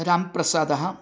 राम्प्रसादः